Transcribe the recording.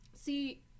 See